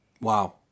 Wow